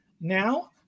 now